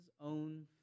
own